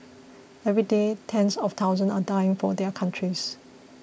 every day tens of thousands are dying for their countries